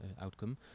outcome